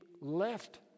left